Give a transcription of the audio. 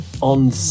on